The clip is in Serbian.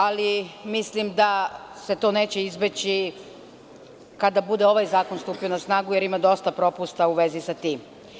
Ali, mislim da se to neće izbeći kada bude ovaj zakon stupio na snagu, jer ima dosta propusta u vezi sa tim.